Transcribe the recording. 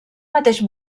mateix